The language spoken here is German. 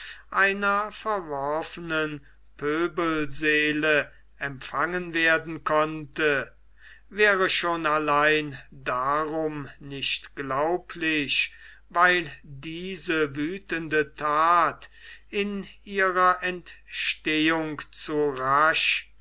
einer verworfenen pöbelseele empfangen werden konnte wäre schon allein darum nicht glaublich weil diese wüthende that in ihrer entstehung zu rasch